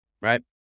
right